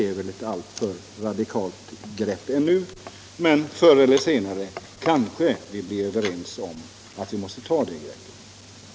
Det är väl ett alltför radikalt grepp ännu, men förr eller senare kanske man blir överens om att man måste ta det greppet.